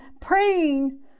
praying